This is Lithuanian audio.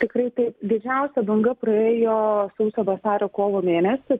tikrai taip didžiausia banga praėjo sausio vasario kovo mėnesį